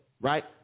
right